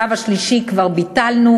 את השלב השלישי כבר ביטלנו.